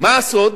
מה הסוד?